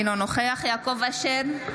אינו נוכח יעקב אשר,